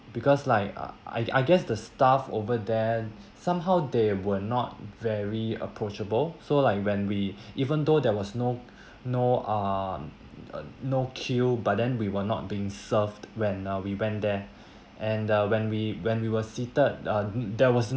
because like uh I I guess the staff over there somehow they were not very approachable so like when we even though there was no no um uh no queue but then we were not being served when uh we went there and uh when we when we were seated uh there was